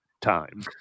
time